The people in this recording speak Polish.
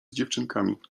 dziewczynkami